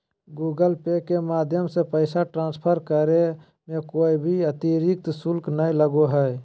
Google Pay के माध्यम से पैसा ट्रांसफर करे मे कोय भी अतरिक्त शुल्क नय लगो हय